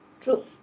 True